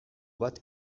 bat